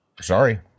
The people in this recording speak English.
Sorry